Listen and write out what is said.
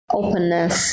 openness